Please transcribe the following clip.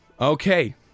Okay